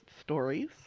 stories